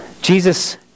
Jesus